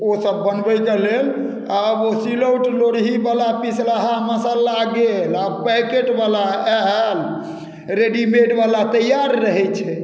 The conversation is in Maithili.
ओसभ बनबैके लेल आब ओ सिलौट लोरहीवला पिसलाहा मसाला गेल आब पैकेटवला आयल रेडीमेडवला तैआर रहै छै